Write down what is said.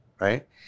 Right